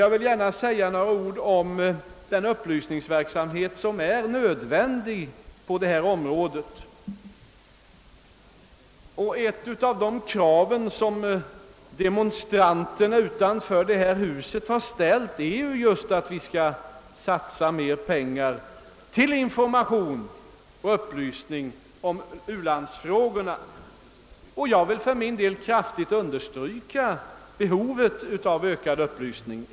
Jag vill här också säga några ord om den upplysningsverksamhet som är så nödvändig på detta område. Ett av de krav som demonstranterna utanför detta hus har ställt är just att vi skall satsa mera på information och upplysning om u-landsfrågorna. För min del vill jag kraftigt understryka behovet av en sådan upplysning.